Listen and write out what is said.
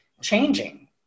changing